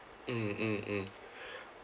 mm mm mm